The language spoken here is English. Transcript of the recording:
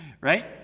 right